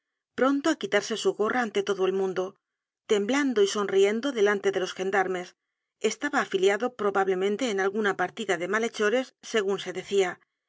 pronto á quitarse su gorra ante todo el mundo temblando y sonriendo delante de los gendarmes estaba afiliado probablemente en alguna partida de malhechores segun se decía